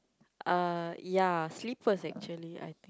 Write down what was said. uh ya slippers actually I think